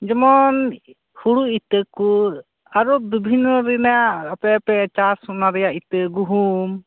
ᱡᱮᱢᱚᱱ ᱦᱩᱲᱩ ᱤᱛᱟᱹ ᱠᱩ ᱟᱨᱚ ᱵᱤᱵᱷᱤᱱᱚ ᱨᱮᱱᱟᱜ ᱟᱯᱮ ᱯᱮ ᱪᱟᱥ ᱚᱱᱟ ᱨᱮᱭᱟᱜ ᱤᱛᱟᱹ ᱜᱩᱦᱩᱢ